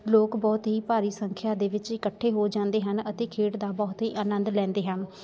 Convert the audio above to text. ਲੋਕ ਬਹੁਤ ਹੀ ਭਾਰੀ ਸੰਖਿਆ ਦੇ ਵਿੱਚ ਇਕੱਠੇ ਹੋ ਜਾਂਦੇ ਹਨ ਅਤੇ ਖੇਡ ਦਾ ਬਹੁਤ ਹੀ ਆਨੰਦ ਲੈਂਦੇ ਹਨ